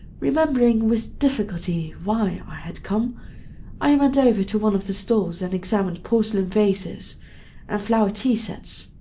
remembering with difficulty why i had come i went over to one of the stalls and examined porcelain vases and flowered tea-sets.